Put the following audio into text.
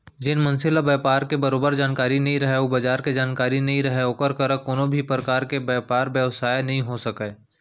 जेन मनसे ल बयपार के बरोबर जानकारी नइ रहय अउ बजार के जानकारी नइ रहय ओकर करा कोनों भी परकार के बयपार बेवसाय नइ हो सकय